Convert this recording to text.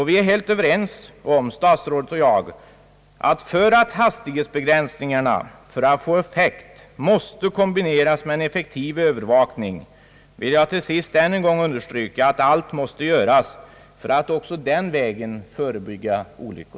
Vi är helt överens, herr statsrådet och jag, om att hastighetsbegränsningarna, för att de skall få effekt, måste kombineras med en effektiv övervakning. Jag vill till sist ännu en gång understryka, att allt måste göras för att också på den vägen förebygga olyckor.